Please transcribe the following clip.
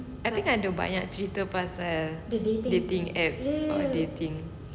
I think I do pa~ cerita pasal dating apps or dating